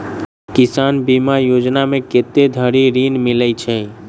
किसान बीमा योजना मे कत्ते धरि ऋण मिलय छै?